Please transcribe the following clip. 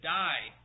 die